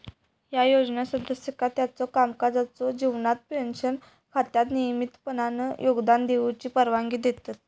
ह्या योजना सदस्यांका त्यांच्यो कामकाजाच्यो जीवनात पेन्शन खात्यात नियमितपणान योगदान देऊची परवानगी देतत